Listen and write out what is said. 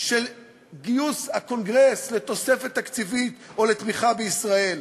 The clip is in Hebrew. של גיוס הקונגרס לתוספת תקציבית או לתמיכה בישראל.